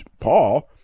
Paul